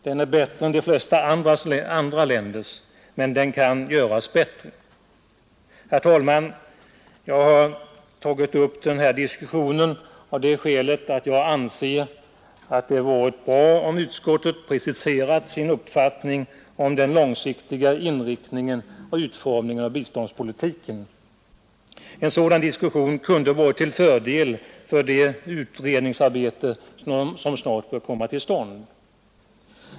Den är bättre än de flesta andra länders, men den kan göras bättre. Herr talman! Jag har tagit upp den här diskussionen av det skälet att jag anser att det hade varit bra om utskottet preciserat sin uppfattning om den långsiktiga inriktningen och utformningen av biståndspolitiken. En sådan diskussion kunde ha varit till fördel för det utredningsarbete som snart bör komma till stånd.